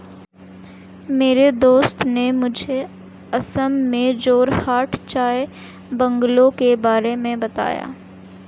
मेरे दोस्त ने मुझे असम में जोरहाट चाय बंगलों के बारे में बताया